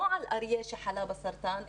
לא על אריה שחלה בסרטן,